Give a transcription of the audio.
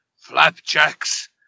Flapjacks